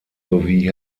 sowie